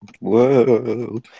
Whoa